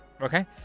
Okay